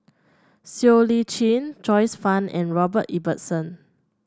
Siow Lee Chin Joyce Fan and Robert Ibbetson